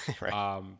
Right